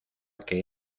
que